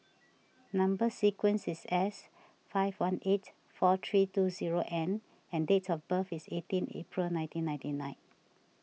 Number Sequence is S five one eight four three two zero N and date of birth is eighteen April nineteen ninety nine